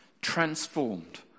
Transformed